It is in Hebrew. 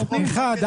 אחד.